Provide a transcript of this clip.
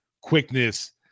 quickness